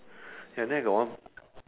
at night got one